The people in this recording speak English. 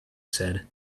said